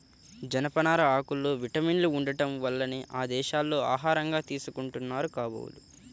జనపనార ఆకుల్లో విటమిన్లు ఉండటం వల్లనే ఆ దేశాల్లో ఆహారంగా తీసుకుంటున్నారు కాబోలు